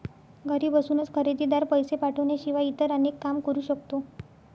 घरी बसूनच खरेदीदार, पैसे पाठवण्याशिवाय इतर अनेक काम करू शकतो